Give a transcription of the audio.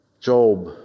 Job